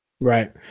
Right